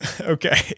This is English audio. Okay